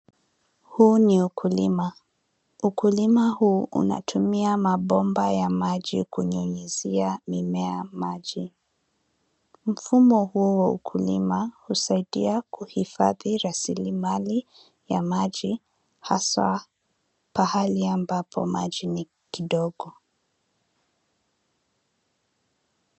Huu ni ukulima. Ukulima huu unatumia mabomba ya maji kunyunyizia mimea maji. Mfumo huu wa ukulima usaidia kuifadhi rasilimali ya maji haswa pahali ambapo maji ni kidogo.